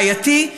בעייתי.